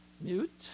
mute